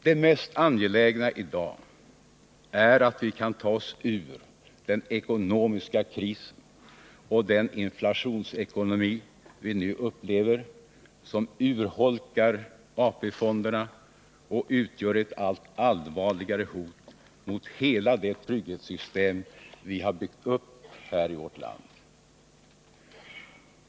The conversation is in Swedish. Det mest angelägna i dag är att vi kan ta oss ur den ekonomiska krisen och den inflationsekonomi som vi nu upplever och som urholkar AP-fonderna och utgör ett allt allvarligare hot mot hela det trygghetssystem vi byggt upp här i vårt land.